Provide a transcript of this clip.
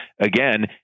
again